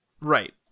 Right